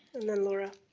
and then laura?